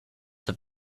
have